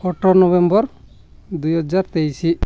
ଅଠର ନଭେମ୍ବର୍ ଦୁଇହଜାର ତେଇଶ